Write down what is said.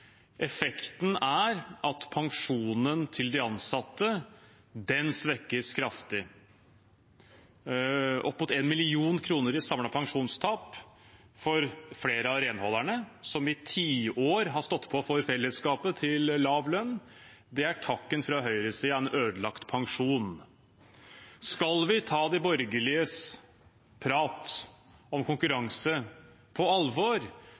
Effekten er at pensjonen til de ansatte svekkes kraftig. Det er opp mot 1 mill. kr i samlet pensjonstap for flere av renholderne, som i tiår har stått på for fellesskapet til lav lønn. Det er takken fra høyresiden – en ødelagt pensjon. Skal vi ta de borgerliges prat om konkurranse på alvor,